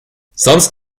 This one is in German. sonst